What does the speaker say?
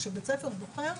כאשר בית ספר בוחר,